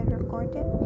recorded